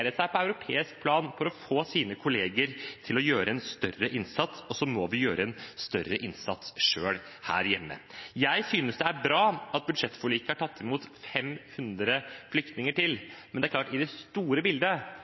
engasjere seg på europeisk plan for å få sine kolleger til å gjøre en større innsats, og så må vi gjøre en større innsats selv her hjemme. Jeg synes det er bra at budsjettforliket gjør det mulig å ta imot 500 flyktninger til, men i det store bildet